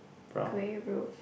grey blue